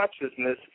consciousness